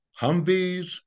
Humvees